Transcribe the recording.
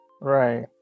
Right